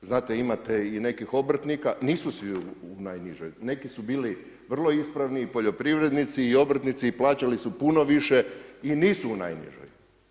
Znate imate i nekih obrtnika, nisu svi u najnižoj, neki su bili i vrlo ispravni i poljoprivrednici i obrtnici i plaćali su puno više i nisu u najnižoj.